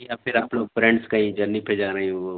جی آپ پھر آپ لوگ فرینڈس کہیں جرنی پہ جا رہے ہوں